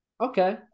Okay